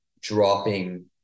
dropping